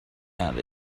and